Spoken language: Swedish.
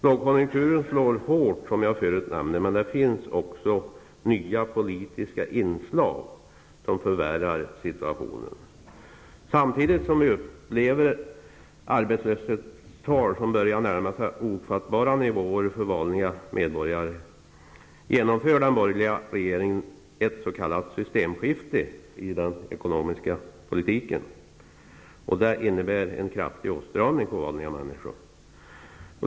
Lågkonjunkturen slår hårt som jag förut nämnde, men det finns också nya politiska inslag som förvärrar situationen. Samtidigt som vi upplever arbetslöshetstal som börjar närma sig för vanliga medborgare ofattbara nivåer, genomför den borgerliga regeringen ett s.k. systemskifte i den ekonomiska politiken. Det innebär en kraftig åtstramning för vanliga människor.